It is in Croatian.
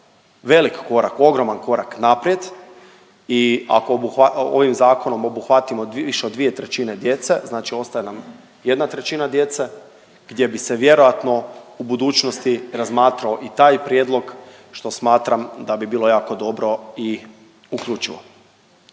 velik korak, ogroman korak naprijed i ako ovim zakonom obuhvatimo više od 2/3 djece znači ostaje nam 1/3 djece gdje bi se vjerojatno u budućnosti razmatrao i taj prijedlog što smatram da bi bilo jako dobro i uključivo.